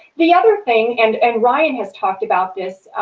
the other thing, and and ryan has talked about this